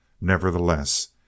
Nevertheless